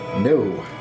No